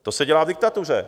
To se dělá v diktatuře.